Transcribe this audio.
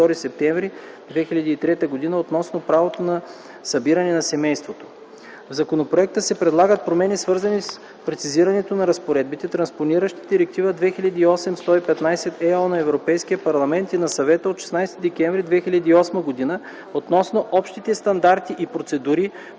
22 септември 2003 г. относно правото на събиране на семейството. В законопроекта се предлагат промени, свързани с прецизирането на разпоредбите, транспониращи Директива 2008/115/ЕО на Европейския парламент и на Съвета от 16 декември 2008 г. относно общите стандарти и процедури,